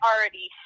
already